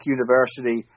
University